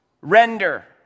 Render